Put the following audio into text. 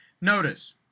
Notice